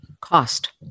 Cost